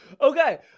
Okay